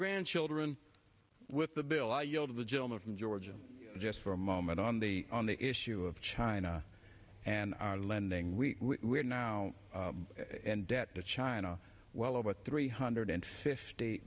grandchildren with the bill i yelled at the gentleman from georgia just for a moment on the on the issue of china and our lending we are now debt to china well over three hundred fifty